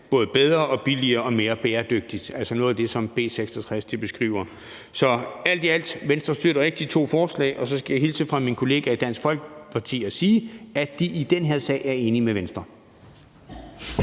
både bedre og billigere og mere bæredygtigt. Det er noget af det, som B 66 beskriver. Så alt i alt støtter Venstre ikke de to forslag. Og så skal jeg hilse fra min kollega i Dansk Folkeparti og sige, at de i den her sag er enige med Venstre.